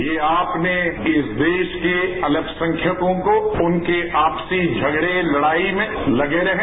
ये आपने इस देश के अल्पसंख्यकों को उनके आपसी झगड़े लड़ाई में लगे रहें